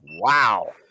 Wow